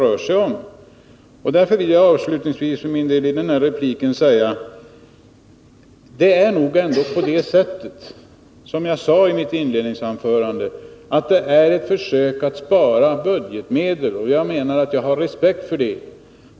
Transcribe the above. Låt mig därför avslutningsvis säga att, vilket jag också framhöll i mitt inledningsanförande — det här är fråga om ett försök att spara budgetmedel, och det har jag respekt för.